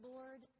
Lord